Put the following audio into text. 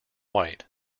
white